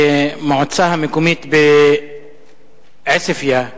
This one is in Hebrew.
במועצה המקומית בעוספיא,